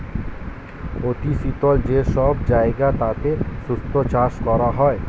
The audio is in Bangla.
অতি শীতল যে সব জায়গা তাতে শুষ্ক চাষ করা হয়